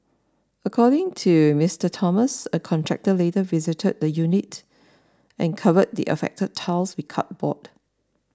according to Mister Thomas a contractor later visited the unit and covered the affected tiles with cardboard